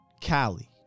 Cali